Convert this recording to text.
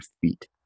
feet